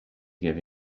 give